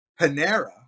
Panera